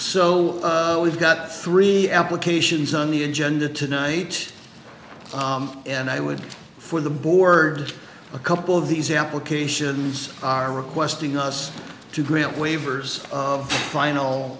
so we've got three applications on the agenda tonight and i would for the board a couple of these applications are requesting us to grant waivers of final